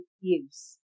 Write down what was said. use